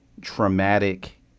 traumatic